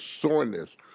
soreness